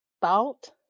thought